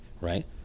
right